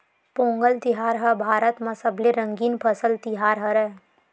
पोंगल तिहार ह भारत म सबले रंगीन फसल तिहार हरय